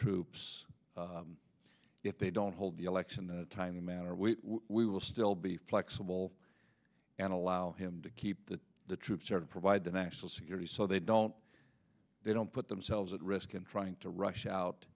troops if they don't hold the election in a timely manner we we will still be flexible and allow him to keep the troops there to provide the national security so they don't they don't put themselves at risk in trying to rush out